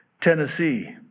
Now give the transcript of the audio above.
Tennessee